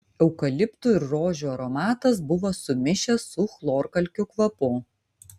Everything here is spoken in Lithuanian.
eukaliptų ir rožių aromatas buvo sumišęs su chlorkalkių kvapu